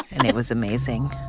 and it was amazing,